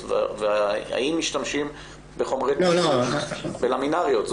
ואם משתמשים בחומרי טשטוש בלמינאריות.